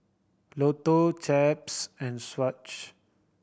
Lotto Chaps and Swatch